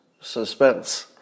suspense